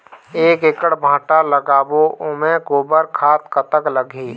एक एकड़ भांटा लगाबो ओमे गोबर खाद कतक लगही?